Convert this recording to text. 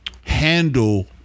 handle